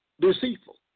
Deceitful